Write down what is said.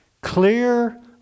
Clear